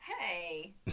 Hey